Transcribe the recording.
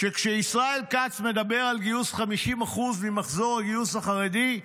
שכשישראל כץ מדבר על גיוס 50% ממחזור הגיוס החרדי,